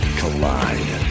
collide